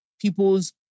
people's